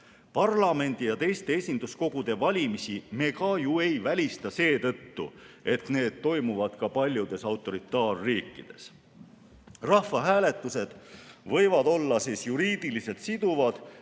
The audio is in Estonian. Parlamendi ja teiste esinduskogude valimisi me ju ei välista seetõttu, et need toimuvad ka paljudes autoritaarriikides. Rahvahääletused võivad olla juriidiliselt siduvad